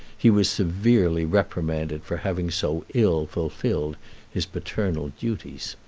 he was severely reprimanded for having so ill fulfilled his paternal duties.